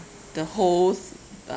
the whole uh